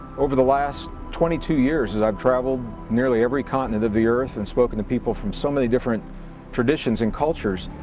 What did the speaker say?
over the last twenty two years as i've travelled nearly every continent of the earth, and spoken to people from so many different traditions and cultures,